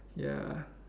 ya